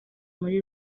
muri